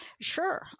Sure